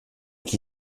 qui